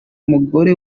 umugore